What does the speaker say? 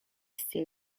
still